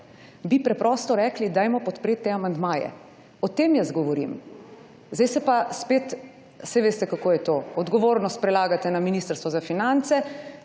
bi preprosto rekli, dajmo podpret te amandmaje. O tem jaz govorim. Zdaj se pa, spet, saj veste, kako je to, odgovornost prelagate na Ministrstvo za finance,